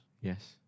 Yes